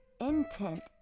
intent